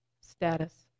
status